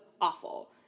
awful